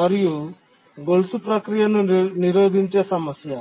మరియు గొలుసు ప్రక్రియను నిరోధించే సమస్య